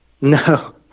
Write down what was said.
No